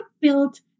built